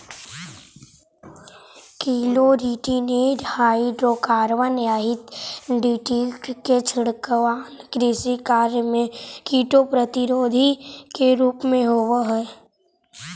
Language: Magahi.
क्लोरिनेटेड हाइड्रोकार्बन यथा डीडीटी के छिड़काव कृषि कार्य में कीट प्रतिरोधी के रूप में होवऽ हई